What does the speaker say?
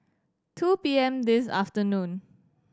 two P M this afternoon